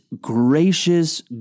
gracious